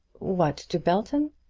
what to belton?